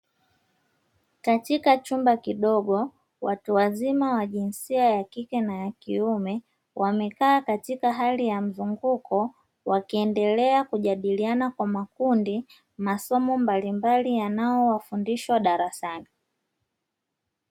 Katika chumba kidogo, watu wazima wa jinsia ya kike na ya kiume wamekaa katika hali ya mzunguko, wakiendelea kujadiliana kwa makundi masomo mbalimbali yanayofundishwa darasani.